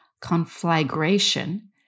Conflagration